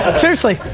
but seriously.